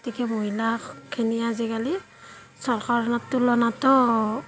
গতিকে মহিলাখিনিয়ে আজিকালি চৰকাৰৰ তুলনাতো